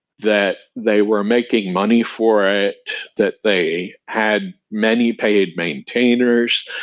that they were making money for it. that they had many paid maintainers.